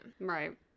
Right